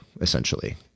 essentially